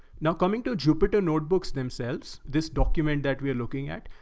now coming to jupyter notebooks themselves this document that we are looking at.